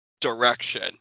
direction